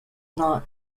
not